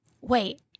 Wait